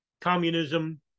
communism